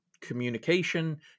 communication